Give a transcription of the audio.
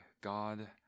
God